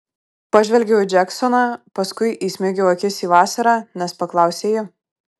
pažvelgiau į džeksoną paskui įsmeigiau akis į vasarą nes paklausė ji